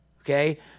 okay